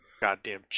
Goddamn